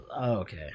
Okay